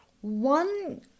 One